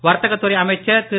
வர்த்தகத் துறை அமைச்சர் திரு